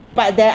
but the